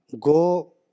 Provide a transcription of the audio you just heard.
go